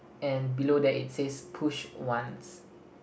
and below that it says push once